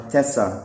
Tessa